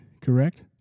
correct